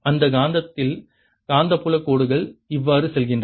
இந்த காந்தத்தில் காந்தப்புல கோடுகள் இவ்வாறு செல்கின்றன